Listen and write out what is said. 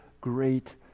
great